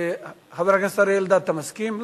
חבר הכנסת אריה אלדד, אתה מסכים?